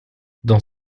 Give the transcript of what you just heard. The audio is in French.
dans